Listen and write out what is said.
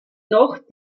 noch